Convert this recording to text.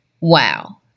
Wow